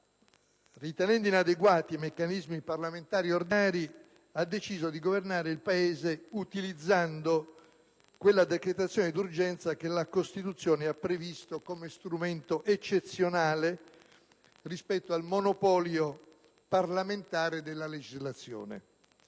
ritenendo inadeguati i meccanismi parlamentari ordinari, ha deciso di governare il Paese utilizzando quella decretazione d'urgenza che la Costituzione ha previsto come strumento eccezionale rispetto al monopolio parlamentare della legislazione.